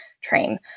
train